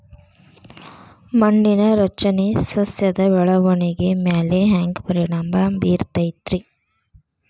ಮಣ್ಣಿನ ರಚನೆ ಸಸ್ಯದ ಬೆಳವಣಿಗೆ ಮ್ಯಾಲೆ ಹ್ಯಾಂಗ್ ಪರಿಣಾಮ ಬೇರತೈತ್ರಿ?